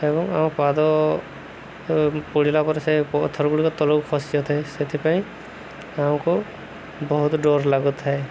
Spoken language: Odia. ଏବଂ ଆମ ପାଦ ପୋଡ଼ିଲା ପରେ ସେ ପଥର ଗୁଡ଼ିକ ତଳକୁ ଖସି ଯାଉଥାଏ ସେଥିପାଇଁ ଆମକୁ ବହୁତ ଡର ଲାଗୁଥାଏ